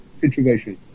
situation